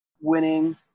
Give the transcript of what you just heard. winning